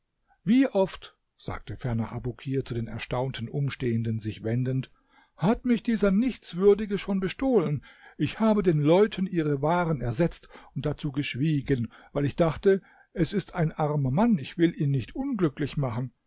wie oft sagte ferner abukir zu den erstaunten umstehenden sich wendend hat mich dieser nichtswürdige schon bestohlen ich habe den leuten ihre waren ersetzt und dazu geschwiegen weil ich dachte es ist ein armer mann ich will ihn nicht unglücklich machen